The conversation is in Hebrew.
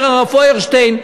אומר הרב פיירשטיין,